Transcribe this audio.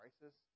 crisis